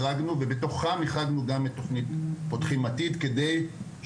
בדבר וכן החרגנו ועם זאת החרגנו גם את תוכנית "פותחים עתיד" וזאת